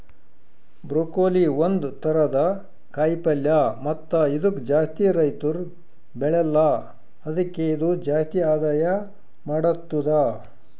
broccoli ಒಂದ್ ಥರದ ಕಾಯಿ ಪಲ್ಯ ಮತ್ತ ಇದುಕ್ ಜಾಸ್ತಿ ರೈತುರ್ ಬೆಳೆಲ್ಲಾ ಆದುಕೆ ಇದು ಜಾಸ್ತಿ ಆದಾಯ ಮಾಡತ್ತುದ